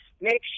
Make